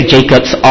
Jacob's